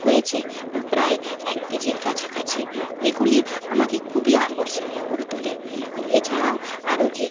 হয়েছে প্রায় এক কেজির কাছাকাছি এগুলি আমাকে খুবই আকর্ষণীয় করে তোলে এছাড়াও আরও কী